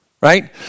right